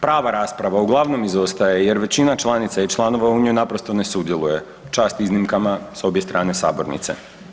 Prava rasprava uglavnom izostaje jer većina članica i članova u njoj naprosto ne sudjeluje, čast iznimkama s obje strane sabornice.